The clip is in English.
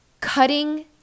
cutting